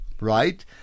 right